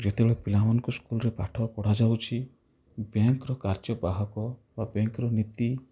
ଯେତେବେଳେ ପିଲାମାନଙ୍କୁ ସ୍କୁଲ୍ରେ ପାଠ ପଢ଼ା ଯାଉଅଛି ବ୍ୟାଙ୍କ୍ ର କାର୍ଯ୍ୟ ବାହକ ବା ବ୍ୟାଙ୍କ୍ ର ନୀତି